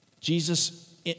Jesus